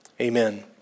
amen